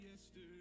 yesterday